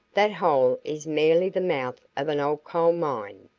that hole is merely the mouth of an old coal mine.